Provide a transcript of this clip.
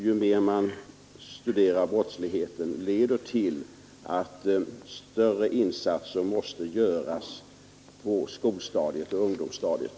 Ju mer man studerar brottsligheten, desto mer övertygad blir man om att större insatser måste göras på skolstadiet och ungdomsstadiet.